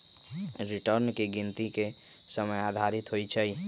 return की गिनति के समय आधारित होइ छइ